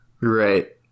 Right